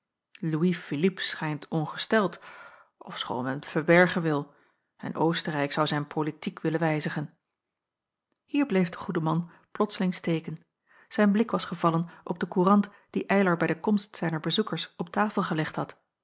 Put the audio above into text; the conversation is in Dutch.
louis philippe schijnt ongesteld ofschoon men t verbergen wil en oostenrijk zou zijn politiek willen wijzigen hier bleef de goede man plotsling steken zijn blik was gevallen op de courant die eylar bij de komst zijner bezoekers op tafel gelegd had